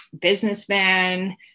businessman